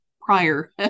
prior